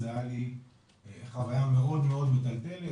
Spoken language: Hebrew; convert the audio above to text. זה היה לי חוויה מאוד מטלטלת,